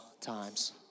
times